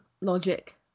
logic